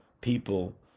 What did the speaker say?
people